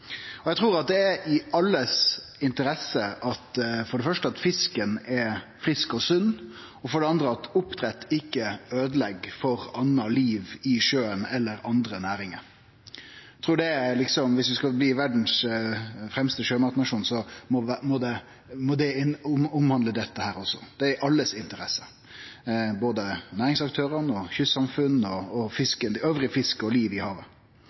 slett. Eg trur det er i allmenn interesse for det første at fisken er frisk og sunn, og for det andre at oppdrett ikkje øydelegg for anna liv i sjøen eller andre næringar. Eg trur at viss ein skal bli verdas fremste sjømatnasjon, må det omhandle dette også. Det er i allmenn interesse, både næringsaktørane, kystsamfunn og annan fisk og anna liv i havet.